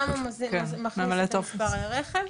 שם הוא מכניס את שני מספרי הרכב,